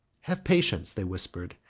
have patience, they whispered,